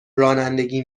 رانندگی